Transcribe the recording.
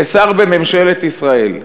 כשר בממשלת ישראל,